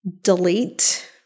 Delete